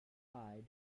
hide